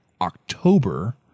October